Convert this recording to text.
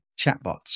chatbots